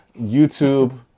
YouTube